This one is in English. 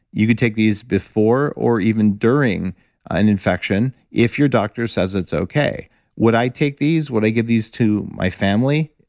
you could take these before or even during an infection, if your doctor says it's okay would i take these? would i give these to my family?